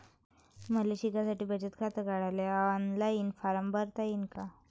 मले शिकासाठी बचत खात काढाले ऑनलाईन फारम भरता येईन का?